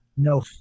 no